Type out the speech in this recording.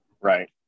Right